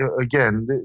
again